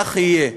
כך יהיה.